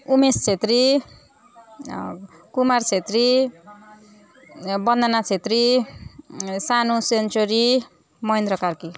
Umesh Chhetri Kumar Chhetri Bandana Chhetri Sanu century Mahendra Karki